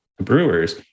Brewers